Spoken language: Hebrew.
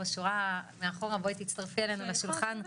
ולצידי בהרבה מהדרך שאני ושתינו עושות כאן במשכן.